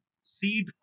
seed